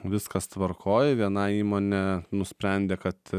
viskas tvarkoj viena įmonė nusprendė kad